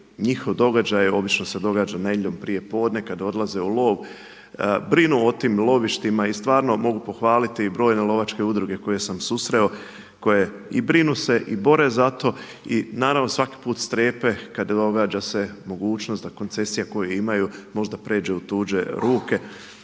njihov događaj obično se događa nedjeljom prije podne kada odlaze u lov, brinu o tim lovištima i stvarno mogu pohvaliti i brojne lovačke udruge koje sam susreo koje i brinu se i bore za to i naravno svaki put strepe kada događa se mogućnost da koncesija koju imaju možda pređe u tuđe ruke.